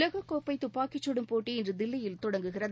உலககோப்பைதுப்பாக்கிச் சுடும் போட்டி இன்றுதில்லியில் தொடங்குகிறது